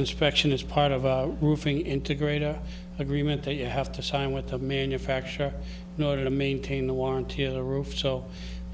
inspection is part of a roofing integrator agreement that you have to sign with a manufacture in order to maintain the warranty of the roof so